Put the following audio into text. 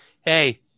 Hey